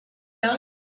done